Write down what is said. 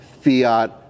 fiat